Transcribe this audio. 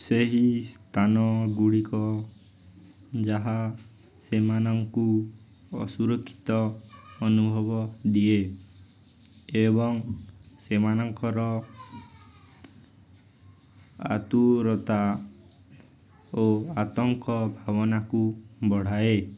ସେହି ସ୍ଥାନଗୁଡ଼ିକ ଯାହା ସେମାନଙ୍କୁ ଅସୁରକ୍ଷିତ ଅନୁଭବ ଦିଏ ଏବଂ ସେମାନଙ୍କର ଆତୁରତା ଓ ଆତଙ୍କ ଭାବନାକୁ ବଢ଼ାଏ